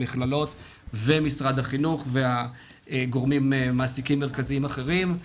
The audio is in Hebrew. המכללות ומשרד החינוך ומעסיקים מרכזיים אחרים.